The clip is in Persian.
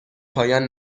پایان